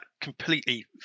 completely